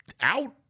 out